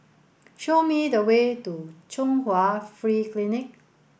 show me the way to Chung Hwa Free Clinic